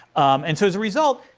and so as a result,